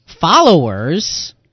followers